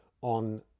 on